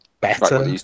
better